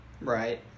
Right